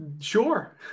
sure